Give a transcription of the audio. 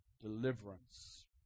deliverance